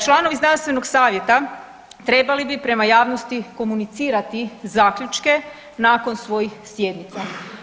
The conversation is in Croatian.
Članovi znanstvenog savjeta trebali prema javnosti komunicirati zaključke nakon svojih sjednica.